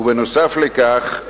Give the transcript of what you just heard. ובנוסף לכך,